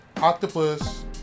Octopus